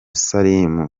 salim